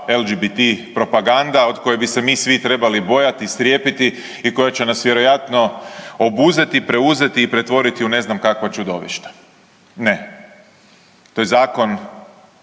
LGBT propaganda od koje bi se mi svi trebali bojati i strepiti i koja će nas vjerojatno obuzeti, preuzeti i pretvoriti u ne znam kakva čudovišta. Ne, to je zakon